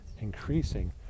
increasing